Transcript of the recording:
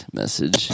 message